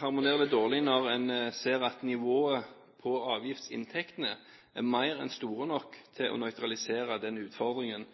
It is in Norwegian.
harmonerer det dårlig når en ser at nivået på avgiftsinntektene er mer enn store nok til å nøytralisere den utfordringen